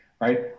right